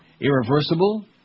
Irreversible